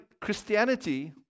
Christianity